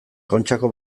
kontxako